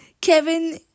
Kevin